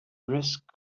risk